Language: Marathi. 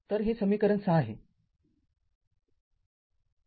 तरहे समीकरण ६ आहे